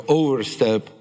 overstep